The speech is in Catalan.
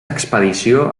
expedició